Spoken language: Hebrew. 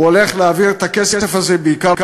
הוא הולך להעביר את הכסף הזה בעיקר לקבלנים.